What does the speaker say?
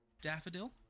Daffodil